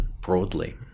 broadly